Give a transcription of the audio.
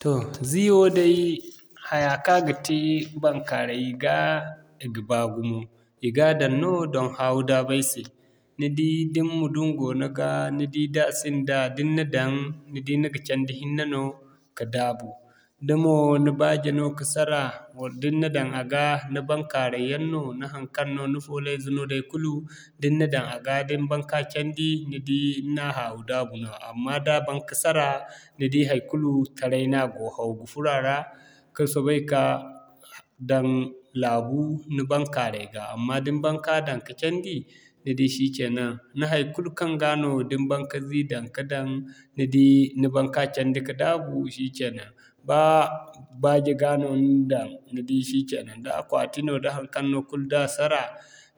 Toh zii woo day haya kaŋ a ga te baŋkaaray ga, i ga baa gumo. I ga daŋ no don haawu-daabay se. Ni di da ni mudum go ni ga ni di da sinda da ni na daŋ, ni ga candi hinne no ka daabu. Da mo ni baaji no ka sara, wala da ni na daŋ a ga, ni baŋkaaray yaŋ no, ni haŋkaŋ no, ni foolo ize day kulu, da ni na daŋ a ga da ni baŋ ka candi ni di ni'na haawu-daabu. Amma da a baŋ ka sara, ni di haikulu taray no a go haw ga furo a ra, ka soobay ka daŋ laabu, ni baŋkaaray ga. Amma da ni baŋ ka daŋ ka candi, ni di shikenan ni haikykaŋ ga no da ni baŋ ka zii daŋ ni di ni baŋ ka candi ka daabu, shikenan. Baa baaji ga no ni na daŋ ni si shikenan. Da akwati no da haŋkaŋ no kulu da sara,